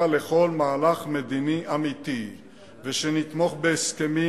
לכל מהלך מדיני אמיתי ושנתמוך בהסכמים,